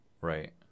Right